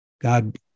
God